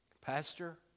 Pastor